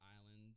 island